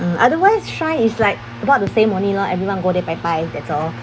mm otherwise shrine is like about the same only lor everyone go there bai bai that's all